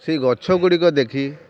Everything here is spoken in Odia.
ସେଇ ଗଛଗୁଡ଼ିକ ଦେଖି